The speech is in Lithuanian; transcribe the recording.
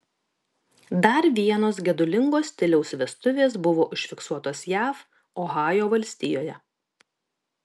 dar vienos gedulingo stiliaus vestuvės buvo užfiksuotos jav ohajo valstijoje